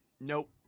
nope